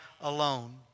alone